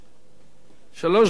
שלוש דקות לרשותך.